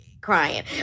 crying